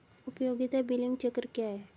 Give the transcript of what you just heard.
उपयोगिता बिलिंग चक्र क्या है?